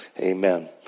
Amen